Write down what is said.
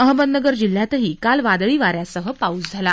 अहमदनगर जिल्ह्यातही काल वादळी वाऱ्यासह पाऊस झाला